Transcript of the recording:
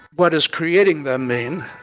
what is creating them in,